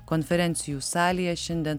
konferencijų salėje šiandien